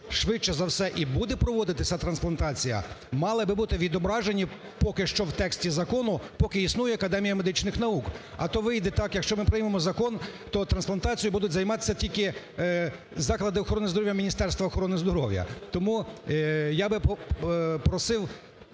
швидше за все і буде проводитись трансплантація, мали би бути відображені, поки що в тексті закону, поки існує Академія медичних наук. А то вийде так, якщо ми приймемо закон, то трансплантацією будуть займатися тільки заклади охорони здоров'я Міністерства охорони здоров'я. Тому я би просив